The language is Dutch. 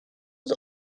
het